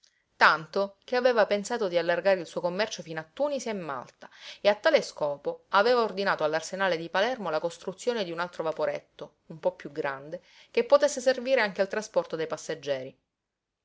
tanto che aveva pensato di allargare il suo commercio fino a tunisi e malta e a tale scopo aveva ordinato all'arsenale di palermo la costruzione di un altro vaporetto un po piú grande che potesse servire anche al trasporto dei passeggeri